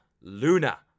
Luna